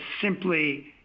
simply